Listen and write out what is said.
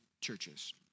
churches